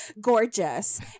gorgeous